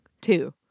Two